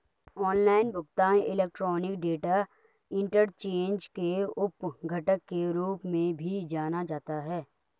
online भुगतान electronic data interchange के उप घटक के रूप में भी जाना जाता है